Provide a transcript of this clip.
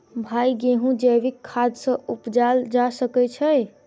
भाई गेंहूँ जैविक खाद सँ उपजाल जा सकै छैय?